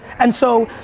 and so,